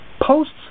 posts